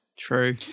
true